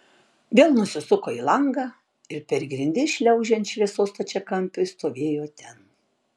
vėl nusisuko į langą ir per grindis šliaužiant šviesos stačiakampiui stovėjo ten